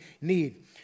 need